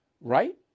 right